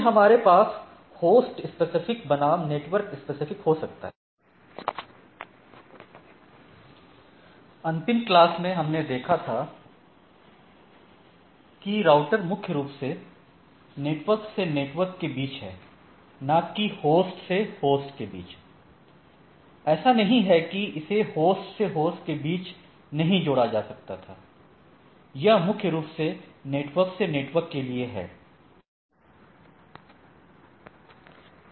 फिर हमारे पास होस्ट स्पेसिफिक बनाम नेटवर्क स्पेसिफिक हो सकता है अंतिम क्लास हमने देखा था कि राउटर मुख्य रूप से नेटवर्क से नेटवर्क के बीच है ना की होस्ट से होस्ट के बीच ऐसा नहीं है कि इसे होस्ट से होस्ट के बीच नहीं जोड़ा जा सकता पर यह मुख्य रूप से नेटवर्क से नेटवर्क के लिए है मारे पास नहीं है